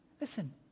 Listen